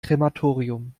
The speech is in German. krematorium